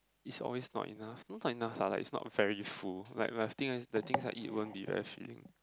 it's always not enough not not enough lah it's like not very full like like the thing I've the things I eat won't be as filling